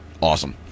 awesome